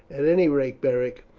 at any rate, beric,